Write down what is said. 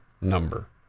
number